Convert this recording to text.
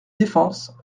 défense